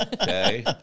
Okay